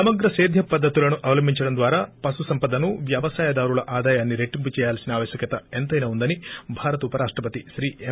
సమగ్ర సేధ్యపు పద్దతులను అవలంబించడం ద్వారా పశు సంపదను వ్యవసాయదారుల ఆదాయాన్ని రెట్టింపు చేయాల్సిన ఆవశ్వకత ఎంతైనా ఉందని భారత ఉపరాష్టపతి ఎం